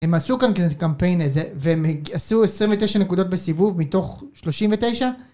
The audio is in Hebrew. הם עשו כאן קמפיין ועשו 29 נקודות בסיבוב מתוך 39